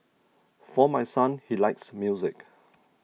for my son he likes music